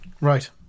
Right